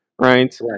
Right